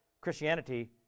Christianity